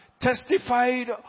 testified